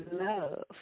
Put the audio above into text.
love